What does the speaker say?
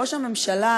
ראש הממשלה,